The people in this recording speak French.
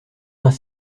vingt